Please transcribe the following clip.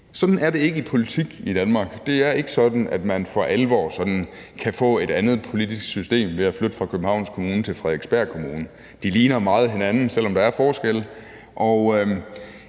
Sådan er det ikke i politik i Danmark. Det er ikke sådan, at man for alvor kan få et andet politisk system ved at flytte fra Københavns Kommune til Frederiksberg Kommune. De ligner meget hinanden, selv om der er forskelle.